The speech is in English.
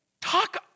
talk